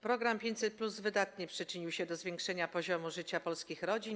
Program 500+ widocznie przyczynił się do podniesienia poziomu życia polskich rodzin.